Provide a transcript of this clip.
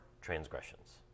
transgressions